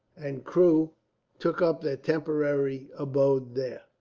and crew took up their temporary abode there.